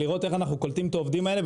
לראות איך אנחנו קולטים את העובדים האלה,